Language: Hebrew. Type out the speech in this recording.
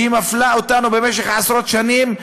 שמפלה אותנו במשך עשרות שנים,